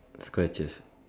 scratches